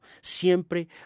siempre